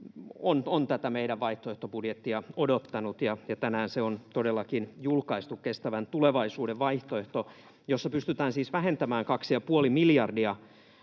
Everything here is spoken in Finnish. on tätä meidän vaihtoehtobudjettiamme odottanut, ja tänään se on todellakin julkaistu, Kestävän tulevaisuuden vaihtoehto, jossa pystytään siis vähentämään kaksi ja